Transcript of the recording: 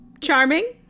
charming